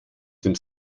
dem